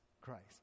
christ